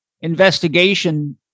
investigation